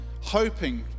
hoping